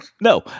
No